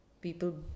People